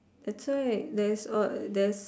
that's why there's a there's